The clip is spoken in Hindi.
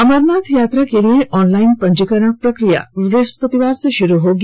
अमरनाथ यात्रा के लिए ऑनलाइन पंजीकरण प्रक्रिया बृहस्पतिवार से शुरू होगी